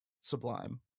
Sublime